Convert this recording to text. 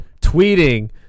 tweeting